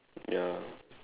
ya